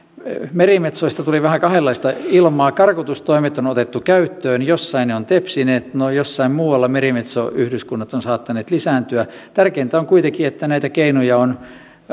merimetsoista tuli vähän kahdenlaista ilmaa karkotustoimet on otettu käyttöön jossain ne ovat tepsineet no jossain muualla merimetsoyhdyskunnat ovat saattaneet lisääntyä tärkeintä on kuitenkin että näitä keinoja on